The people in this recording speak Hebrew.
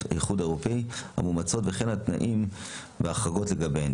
האיחוד האירופי המאומצות וכן התנאים וההחרגות לגביהם.